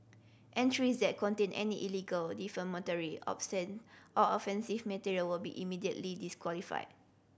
entries that contain any illegal defamatory obscene or offensive material will be immediately disqualified